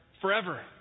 forever